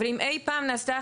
יש הליכים מסודרים.